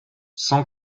cent